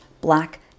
black